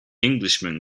englishman